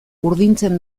urdintzen